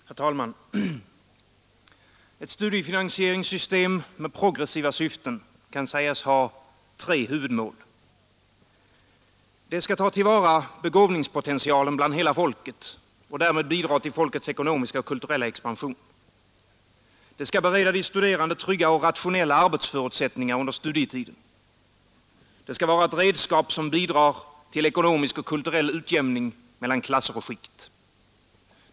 Herr talman! Ett studiefinansieringssystem med progressiva syften kan sägas ha tre huvudmål. Det skall ta till vara begåvningspotentialen bland hela folket och därmed bidra till folkets ekonomiska och kulturella expansion. Det skall bereda de studerande trygga och rationella arbetsförutsättningar under studietiden. Det skall vara ett redskap som bidrar till ekonomisk och kulturell utjämning mellan klasser och skikt.